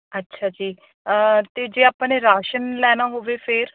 ਅੱਛਾ ਜੀ ਅਤੇ ਜੇ ਆਪਾਂ ਨੇ ਰਾਸ਼ਨ ਲੈਣਾ ਹੋਵੇ ਫਿਰ